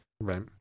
right